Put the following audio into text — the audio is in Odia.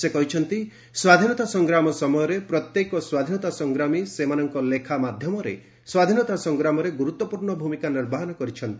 ସେ କହିଛନ୍ତି ସ୍ୱାଧୀନତା ସଂଗ୍ରାମ ସମୟରେ ପ୍ରତ୍ୟେକ ସ୍ୱାଧୀନତା ସଂଗ୍ରାମୀ ସେମାନଙ୍କ ଲେଖା ମାଧ୍ୟମରେ ସ୍ୱାଧୀନତା ସଂଗ୍ରାମରେ ଗୁରୁତ୍ୱପୂର୍ଣ୍ଣ ଭୂମିକା ନିର୍ବାହନ କରିଛନ୍ତି